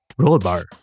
Rollbar